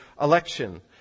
election